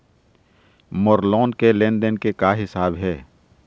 मोर loan के लेन देन के का हिसाब हे?